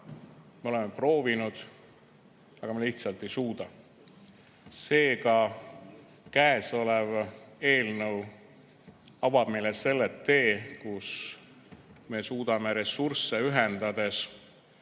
me oleme proovinud, aga me lihtsalt ei suuda. Seega, käesolev eelnõu avab meile selle tee, kus me suudame ressursse ühendades